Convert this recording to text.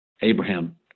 Abraham